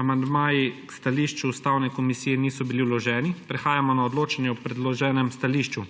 Amandmaji k stališču Ustavne komisije niso bili vloženi. Prehajamo na odločanje o predloženem stališču.